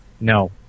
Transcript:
No